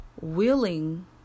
willing